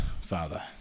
Father